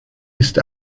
ist